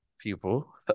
people